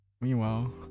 Meanwhile